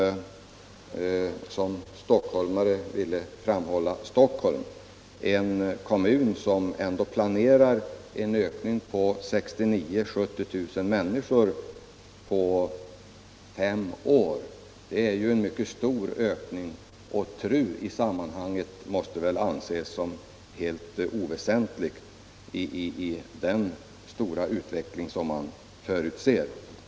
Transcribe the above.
Han vill som stockholmare framhålla Stockholm — en kommun som ändå planerar en ökning med 69 000-70 000 människor på fem år. Det är en mycket stor ökning, och TRU måste väl anses som helt oväsentligt i det sammanhanget med tanke på den stora utveckling som man förutsätter.